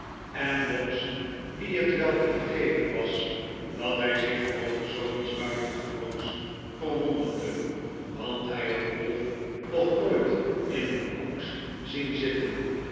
en noggs wien het wel te vergeven was dat hij zich over zooiets buitengewoons verwonderde want hij had ralph nog nooit in een koets zien zitten